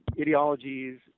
ideologies